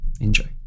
Enjoy